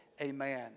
amen